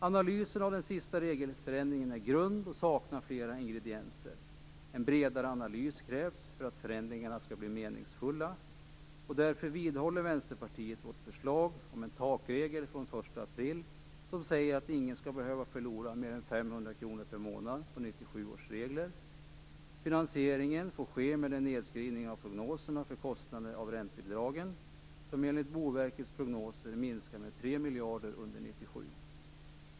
Analyser av den senaste regelförändringen är grund och saknar flera ingredienser. En bredare analys krävs för att förändringarna skall bli meningsfulla. Därför vidhåller Vänsterpartiet sitt förslag om en takregel fr.o.m. den 1 april som säger att ingen skall behöva förlora mer än 500 kr per månad på 1997 års regler. Finansieringen får ske med nedskrivningen av prognoserna för kostnaderna för räntebidragen, som enligt Boverkets prognoser minskar med 3 miljarder under 1997.